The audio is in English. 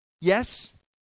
Yes